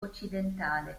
occidentale